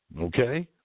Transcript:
Okay